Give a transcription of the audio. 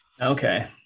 Okay